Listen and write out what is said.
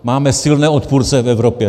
Máme silné odpůrce v Evropě.